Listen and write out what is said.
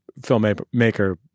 filmmaker